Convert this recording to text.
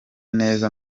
neza